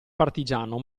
partigiano